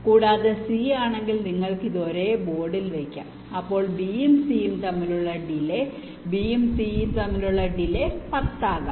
കൂടാതെ C ആണെങ്കിൽ നിങ്ങൾക്ക് ഇത് ഒരേ ബോർഡിൽ വയ്ക്കാം അപ്പോൾ B യും C യും തമ്മിലുള്ള ഡിലെ B യും C ഉം തമ്മിലുള്ള ഡിലെ 10 ആകാം